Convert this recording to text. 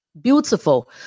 Beautiful